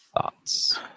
Thoughts